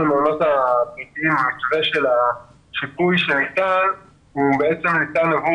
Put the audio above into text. המתווה של השיפוי שניתן הוא ניתן עבור